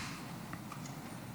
קודם כול תודה